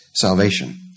salvation